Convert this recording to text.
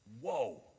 whoa